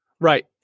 Right